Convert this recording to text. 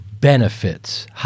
benefits